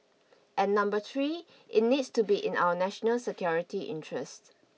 and number three it needs to be in our national security interests